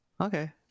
Okay